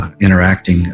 interacting